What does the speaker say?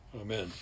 Amen